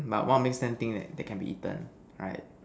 but what make something that can be eaten right